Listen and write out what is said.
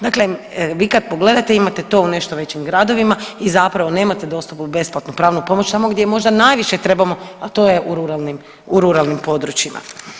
Dakle, vi kad pogledate imate to u nešto većim gradovima i zapravo nemate dostupnu besplatnu pravnu pomoć tamo gdje je možda najviše trebamo, a to je u ruralnim područjima.